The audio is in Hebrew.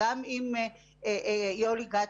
וגם עם יולי גת,